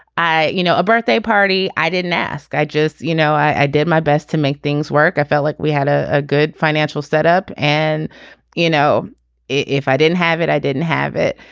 i know a birthday party. i didn't ask. i just you know i did my best to make things work i felt like we had ah a good financial setup and you know if i didn't have it i didn't have it